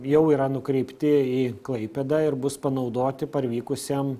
jau yra nukreipti į klaipėdą ir bus panaudoti parvykusiem